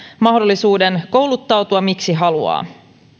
mahdollisuuden kouluttautua miksi haluaa